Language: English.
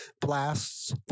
blasts